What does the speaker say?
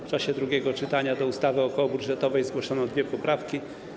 W czasie drugiego czytania do ustawy okołobudżetowej zgłoszono dwie poprawki.